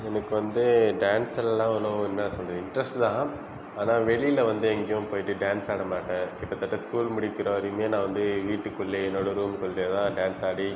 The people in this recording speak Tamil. எனக்கு வந்து டான்ஸல்லாம் ஒன்றும் என்ன சொல்கிறது இண்ட்ரெஸ்ட் தான் ஆனால் வெளியில் வந்து எங்கேயும் போயிட்டு டான்ஸ் ஆட மாட்டேன் கிட்டத்தட்கிட்டே ஸ்கூல் முடிக்கின்ற வரையுமே நான் வந்து வீட்டுக்குள்ளயே என்னோடய ரூம்க்குள்ளே தான் டான்ஸ் ஆடி